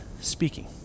speaking